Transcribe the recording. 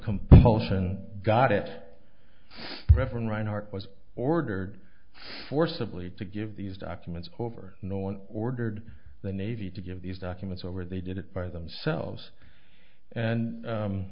compulsion got it reverend wright or was ordered forcibly to give these documents over no one ordered the navy to give these documents over they did it by themselves and